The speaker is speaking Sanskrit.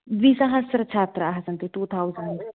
द्विसहस्रच्छात्राः सन्ति टूथौसण्ड्